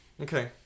Okay